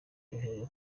yoherejwe